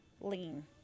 lean